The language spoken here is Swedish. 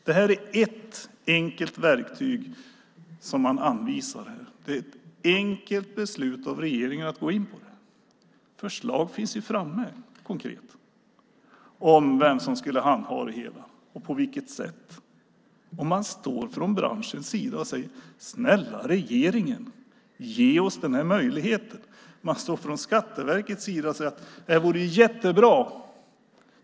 Det här är ett enkelt verktyg som man anvisar. Det är ett enkelt beslut för regeringen att gå in på det här. Ett konkret förslag finns ju framme om vem som skulle handha det hela och på vilket sätt, och man står från branschens sida och säger: Snälla regeringen, ge oss den här möjligheten! Man står från Skatteverkets sida och säger att det här vore jättebra.